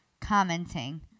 commenting